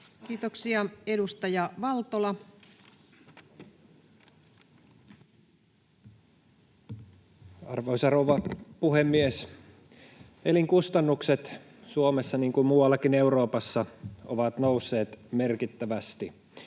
Time: 14:33 Content: Arvoisa rouva puhemies! Elinkustannukset Suomessa niin kuin muuallakin Euroopassa ovat nousseet merkittävästi.